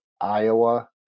Iowa